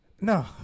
No